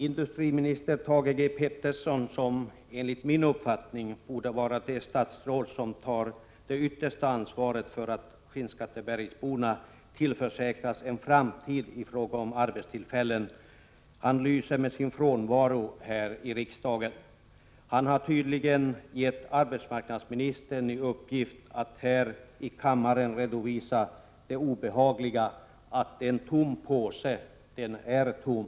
Industriminister Thage G Peterson, som enligt min uppfattning borde vara det statsråd som tar det yttersta ansvaret för att skinnskattebergsborna tillförsäkras en framtid i fråga om arbetstillfällen, lyser nu med sin frånvaro i riksdagen. Han har tydligen gett arbetsmarknadsministern i uppgift att här i kammaren redovisa det obehagliga förhållandet att en tom påse är tom.